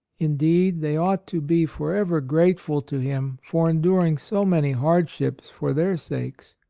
indeed they ought to be forever grateful to him for enduring so many hardships for their sakes.